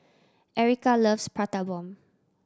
Erika loves Prata Bomb